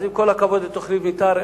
עם כל הכבוד לתוכנית מיתאר,